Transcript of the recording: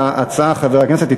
הצעות לסדר-היום מס' 649,